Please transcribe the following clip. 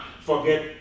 forget